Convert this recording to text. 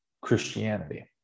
christianity